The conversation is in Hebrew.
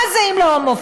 מה זה אם לא הומופוביה?